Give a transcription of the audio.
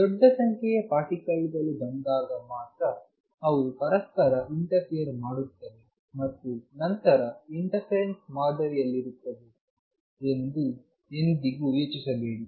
ಆದ್ದರಿಂದ ದೊಡ್ಡ ಸಂಖ್ಯೆಯ ಪಾರ್ಟಿಕಲ್ ಗಳು ಬಂದಾಗ ಮಾತ್ರ ಅವು ಪರಸ್ಪರ ಇಂಟರ್ಫಿಯರ್ ಮಾಡುತ್ತವೆ ಮತ್ತು ನಂತರ ಇಂಟರ್ಫೆರೆನ್ಸ್ ಮಾದರಿಯಲ್ಲಿರುತ್ತವೆ ಎಂದು ಎಂದಿಗೂ ಯೋಚಿಸಬೇಡಿ